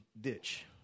ditch